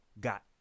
got